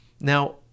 Now